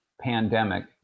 pandemic